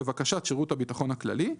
לבקשת שירות הביטחון הכללי,